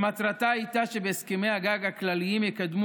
מטרתה הייתה שבהסכמי הגג הכלליים יקדמו